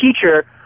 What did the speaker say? teacher